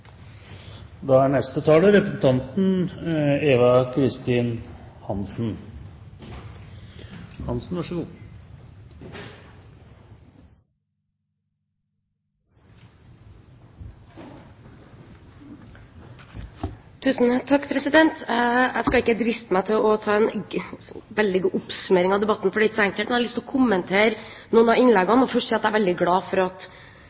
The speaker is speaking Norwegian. Jeg skal ikke driste meg til å ta en veldig god oppsummering av debatten, for det er ikke så enkelt, men jeg har lyst til å kommentere noen av innleggene. Jeg vil først si at jeg er veldig glad for at